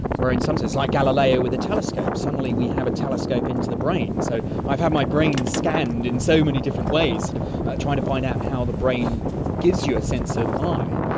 where in some sense like galileo with the telescope, suddenly we have a telescope into the brain. so i've had my brain scanned in so many different ways, sort of trying to find out how the brain gives you a sense of i.